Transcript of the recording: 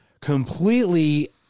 completely